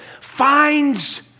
finds